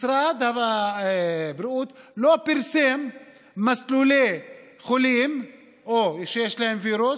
משרד הבריאות לא פרסם מסלולי חולים או את מי שיש להם וירוס,